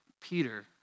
Peter